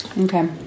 Okay